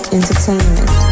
Entertainment